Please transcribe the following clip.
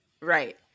right